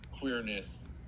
queerness